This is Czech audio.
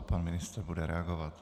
Pan ministr bude reagovat.